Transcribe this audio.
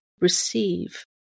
receive